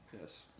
Yes